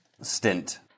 stint